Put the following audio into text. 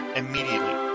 immediately